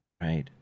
right